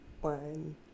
one